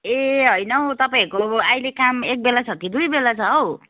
ए होइन हौ तपाईँहरू अहिले काम एक बेला छ कि दुई बेला छ हौ